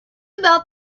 about